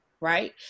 right